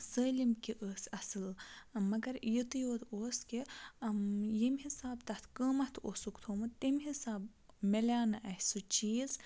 سٲلِم کہِ ٲس اَصٕل مگر یُتُے یوت اوس کہِ ییٚمہِ حِساب تَتھ قۭمَتھ اوسُکھ تھومُت تمہِ حِساب مِلیٛو نہٕ اَسہِ سُہ چیٖز